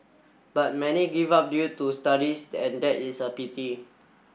but many give up due to studies and that is a pity